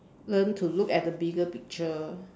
learn to look at the bigger picture